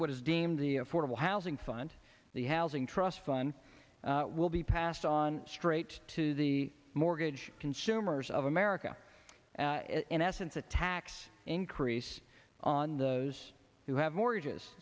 what is deemed the affordable housing fund the housing trust fund will be passed on straight to the mortgage consumers of america and in essence a tax increase on those who have mortgages